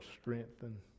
strengthen